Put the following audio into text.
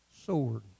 Sword